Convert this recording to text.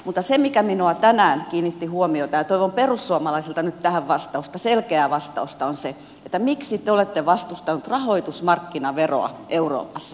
mutta se mikä minuun tänään kiinnitti huomiota ja toivon perussuomalaisilta nyt tähän vastausta selkeää vastausta on se miksi te olette vastustaneet rahoitusmarkkinaveroa euroopassa